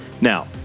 Now